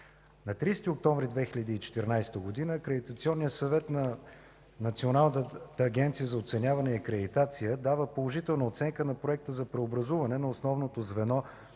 На 30 октомври 2014 г. Акредитационният съвет на Националната агенция за оценяване и акредитация дава положителна оценка на Проекта за преобразуване на основното звено